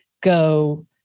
go